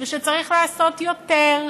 שצריך לעשות יותר,